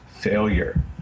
failure